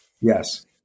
Yes